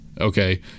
Okay